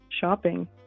shopping